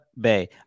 Bay